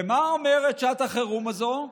ומה אומרת שעת החירום הזאת?